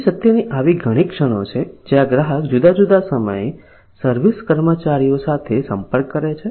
તેથી સત્યની આવી ઘણી ક્ષણો છે જ્યાં ગ્રાહક જુદા જુદા સમયે સર્વિસ કર્મચારીઓ સાથે સંપર્ક કરે છે